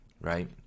right